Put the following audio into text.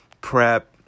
Prep